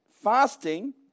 fasting